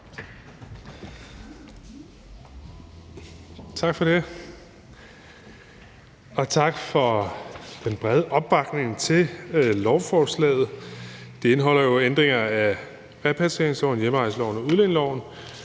Tak for det, og tak for den brede opbakning til lovforslaget. Det indeholder jo ændringer af repatrieringsloven, hjemrejseloven og udlændingeloven.